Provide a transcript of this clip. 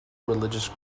religious